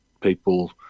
people